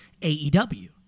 aew